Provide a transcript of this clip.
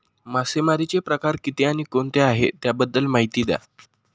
मासेमारी चे प्रकार किती आणि कोणते आहे त्याबद्दल महिती द्या?